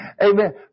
Amen